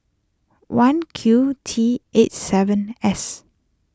one Q T eight seven S